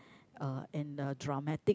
uh and a dramatic